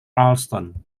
allston